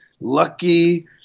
lucky